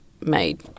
made –